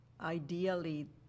ideally